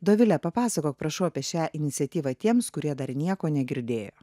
dovile papasakok prašau apie šią iniciatyvą tiems kurie dar nieko negirdėjo